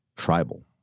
tribal